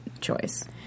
choice